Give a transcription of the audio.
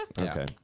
Okay